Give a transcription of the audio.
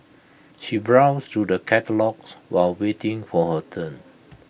she browsed through the catalogues while waiting for her turn